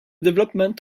development